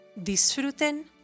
Disfruten